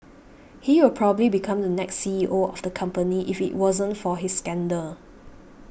he will probably become the next C E O of the company if it wasn't for his scandal